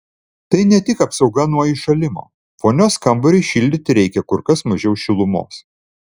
tai ne tik apsauga nuo įšalimo vonios kambariui šildyti reikia kur kas mažiau šilumos